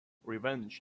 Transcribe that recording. revenge